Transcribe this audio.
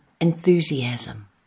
enthusiasm